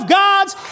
gods